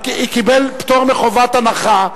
קיבל פטור מחובת הנחה,